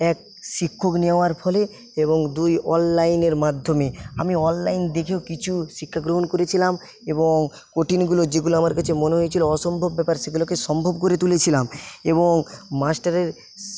এক শিক্ষক নেওয়ার ফলে এবং দুই অনলাইনের মাধ্যমে আমি অনলাইন দেখেও কিছু শিক্ষা গ্রহণ করেছিলাম এবং কঠিনগুলো যেগুলো আমার কাছে মনে হয়েছিল অসম্ভব ব্যাপার সেগুলোকে সম্ভব করে তুলেছিলাম এবং মাস্টারের